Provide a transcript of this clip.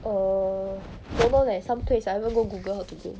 err don't know leh some place I haven't go google how to go